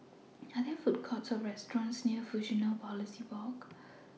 Are There Food Courts Or restaurants near Fusionopolis Walk